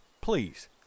please